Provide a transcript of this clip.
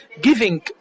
Giving